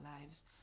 lives